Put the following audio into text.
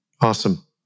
Awesome